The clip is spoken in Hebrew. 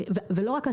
לא רק הסיכוי,